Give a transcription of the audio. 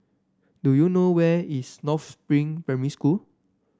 do you know where is North Spring Primary School